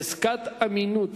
(חזקת אמינות